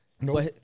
No